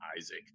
Isaac